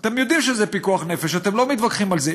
אתם יודעים שזה פיקוח נפש, אתם לא מתווכחים על זה.